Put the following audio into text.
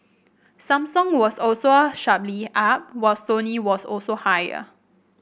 Samsung was also sharply up while Sony was also higher